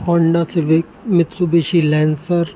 Honda city Mitsubishi lancer